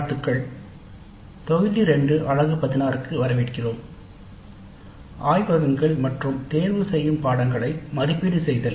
வாழ்த்துக்கள் தொகுதி 2 அலகு 16 க்கு வரவேற்கிறோம் ஆய்வகங்கள் மற்றும் தேர்தல்களை மதிப்பீடு செய்தல்